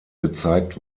gezeigt